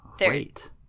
Wait